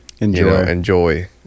enjoy